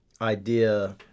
idea